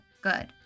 good